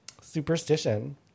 superstition